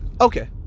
okay